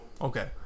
okay